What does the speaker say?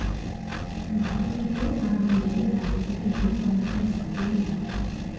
మామయ్యకు అరవై ఏళ్లు దాటితే లోన్ పొందడం సాధ్యమేనా?